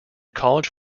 college